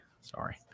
Sorry